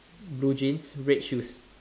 blue jeans red shoes